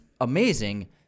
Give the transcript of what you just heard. amazing